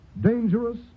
dangerous